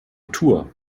tour